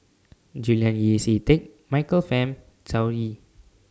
Julian Yeo See Teck Michael Fam